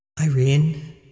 Irene